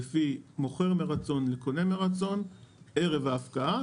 לפי מוכר מרצון וקונה מרצון ערב ההפקעה,